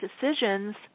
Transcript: decisions